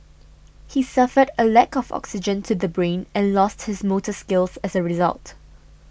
he suffered a lack of oxygen to the brain and lost his motor skills as a result